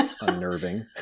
unnerving